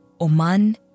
Oman